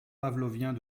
pavloviens